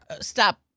stop